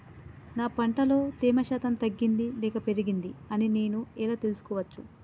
నా పంట లో తేమ శాతం తగ్గింది లేక పెరిగింది అని నేను ఎలా తెలుసుకోవచ్చు?